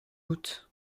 août